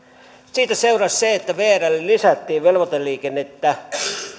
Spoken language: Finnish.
siitä seurasi se että vrlle lisättiin velvoiteliikennettä